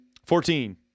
Fourteen